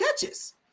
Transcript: catches